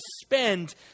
spend